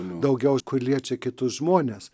daugiau kur liečia kitus žmones